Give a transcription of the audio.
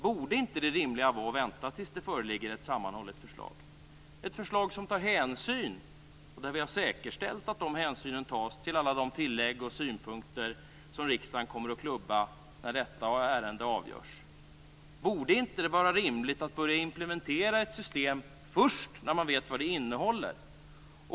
Borde inte det rimliga vara att vänta tills det föreligger ett sammanhållet förslag - ett förslag som tar hänsyn, och där vi har säkerställt att dessa hänsyn tas, till alla de tillägg och synpunkter som riksdagen kommer att klubba när detta ärende avgörs? Borde inte det rimliga vara att börja implementera ett system först när man vet vad det innehåller?